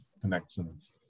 connections